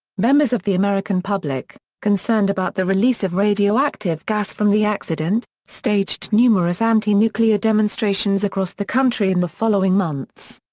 members of the american public, concerned about the release of radioactive gas from the accident, staged numerous anti-nuclear demonstrations across the country in the following months.